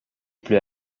pleut